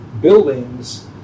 buildings